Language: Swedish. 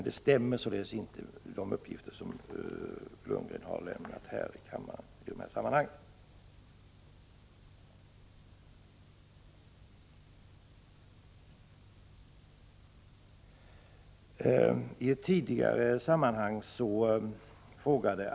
De sifferuppgifter som Bo Lundgren har lämnat här i kammaren stämmer alltså inte.